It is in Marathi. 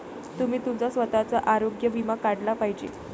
तुम्ही तुमचा स्वतःचा आरोग्य विमा काढला पाहिजे